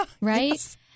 right